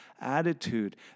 attitude